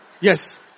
Yes